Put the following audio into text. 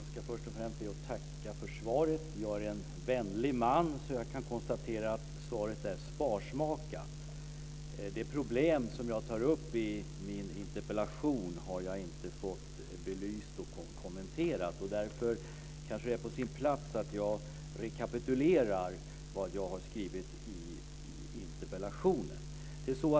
Fru talman! Jag ska först och främst be att tacka för svaret. Jag är en vänlig man, så jag konstaterar att svaret är sparsmakat. Det problem som jag tar upp i min interpellation har jag inte fått belyst och kommenterat. Därför kanske det är på sin plats att jag rekapitulerar vad jag har skrivit i interpellationen.